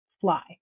fly